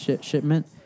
shipment